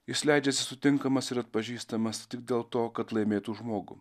jis leidžiasi sutinkamas ir atpažįstamas tik dėl to kad laimėtų žmogų